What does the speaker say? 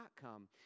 come